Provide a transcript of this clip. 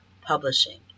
Publishing